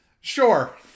Sure